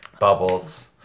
Bubbles